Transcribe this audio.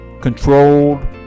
controlled